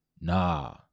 nah